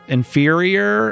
inferior